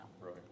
right